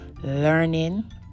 learning